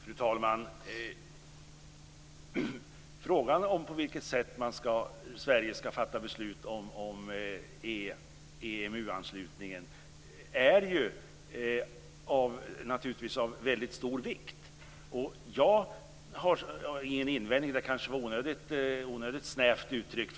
Fru talman! Frågan om på vilket sätt Sverige ska fatta beslut om EMU-anslutningen är naturligtvis av väldigt stor vikt. "Ingen invändning" var kanske ett onödigt snävt uttryck.